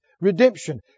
redemption